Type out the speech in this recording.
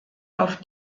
auf